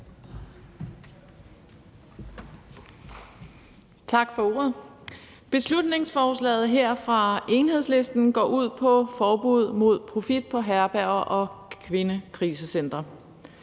Tak for ordet. Beslutningsforslaget her fra Enhedslisten går ud på et forbud mod profit på herberger og kvindekrisecentre.